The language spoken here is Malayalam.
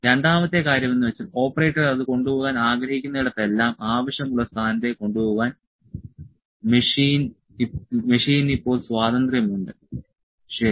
രണ്ടാമത്തെ കാര്യം എന്നുവെച്ചാൽ ഓപ്പറേറ്റർ അത് കൊണ്ടുപോകാൻ ആഗ്രഹിക്കുന്നിടത്തെല്ലാം ആവശ്യമുള്ള സ്ഥാനത്തേക്ക് കൊണ്ടുപോകാൻ മെഷീന് ഇപ്പോൾ സ്വാതന്ത്ര്യമുണ്ട് ശരി